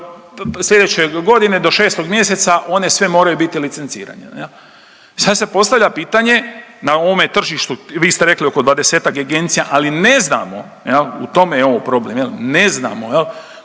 slijedeće godine do 6 mjeseca one sve moraju biti licencirane. Sad se postavlja pitanje na ovome tržištu vi ste rekli oko 20-ak agencija ali ne znamo u tome je ovo problem, ne znamo